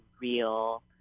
real